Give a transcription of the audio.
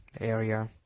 area